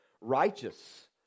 righteous